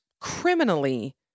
criminally